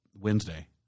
Wednesday